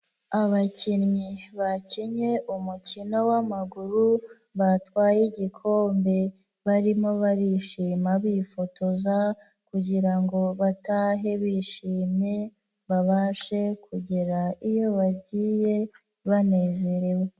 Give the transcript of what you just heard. Abakinnyi bakinnye umukino w'amaguru batwaye igikombe, barimo barishima bifotoza kugira ngo batahe bishimye babashe kugera iyo bagiye banezerewe.